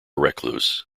recluse